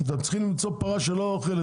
תחפשו פרה שלא אוכלת